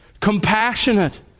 compassionate